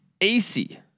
AC